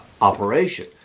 operation